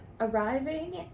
arriving